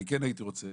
אני כן הייתי רוצה